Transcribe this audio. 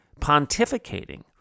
pontificating